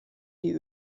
die